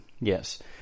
Yes